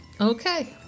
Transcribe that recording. Okay